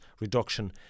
reduction